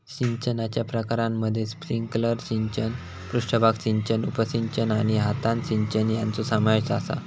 सिंचनाच्या प्रकारांमध्ये स्प्रिंकलर सिंचन, पृष्ठभाग सिंचन, उपसिंचन आणि हातान सिंचन यांचो समावेश आसा